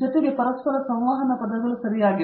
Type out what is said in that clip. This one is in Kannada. ಜೊತೆಗೆ ಪರಸ್ಪರ ಸಂವಹನ ಪದಗಳು ಸರಿಯಾಗಿವೆ